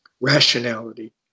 Rationality